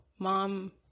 Mom